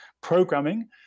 programming